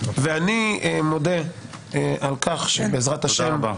ואני מודה על כך שבעזרת השם תהיה תמיכה בהסתייגות הזאת.